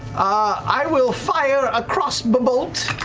i will fire a crossbow bolt